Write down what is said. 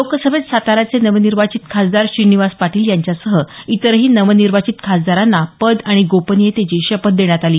लोकसभेत साताऱ्याचे नवनिर्वाचित खासदार श्रीनिवास पाटील यांच्यासह इतरही नवनिर्वाचित खासदारांना पद आणि गोपनीयतेची शपथ देण्यात आली